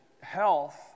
health